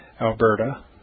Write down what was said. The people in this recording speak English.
Alberta